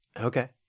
Okay